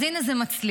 אז הינה, זה מצליח.